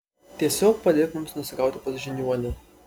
tiesiog padėk mums nusigauti pas žiniuonę